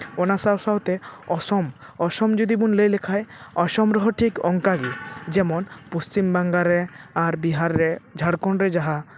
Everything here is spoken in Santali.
ᱚᱱᱟ ᱥᱟᱶ ᱥᱟᱶᱛᱮ ᱚᱥᱚᱢ ᱚᱥᱚᱢ ᱡᱩᱫᱤ ᱵᱚᱱ ᱞᱟᱹᱭ ᱞᱮᱠᱷᱟᱱ ᱚᱥᱚᱢ ᱨᱮᱦᱚᱸ ᱴᱷᱤᱠ ᱚᱱᱠᱟᱜᱮ ᱡᱮᱢᱚᱱ ᱯᱚᱥᱪᱤᱢᱵᱟᱝᱞᱟ ᱨᱮ ᱟᱨ ᱵᱤᱦᱟᱨ ᱨᱮ ᱡᱷᱟᱲᱠᱷᱚᱸᱰ ᱨᱮ ᱡᱟᱦᱟᱸ